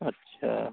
अच्छा